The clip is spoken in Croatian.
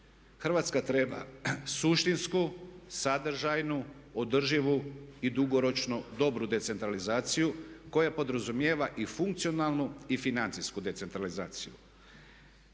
Hrvatska treba suštinsku, sadržajnu, održivu i dugoročno dobru decentralizaciju koja podrazumijeva i funkcionalnu i financijsku decentralizaciju.